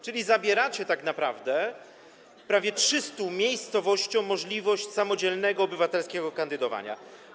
Czyli zabieracie tak naprawdę prawie 300 miejscowościom możliwość samodzielnego, obywatelskiego kandydowania.